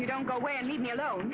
he don't go away and leave me alone